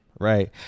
right